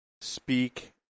speak